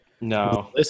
No